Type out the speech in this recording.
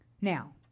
Now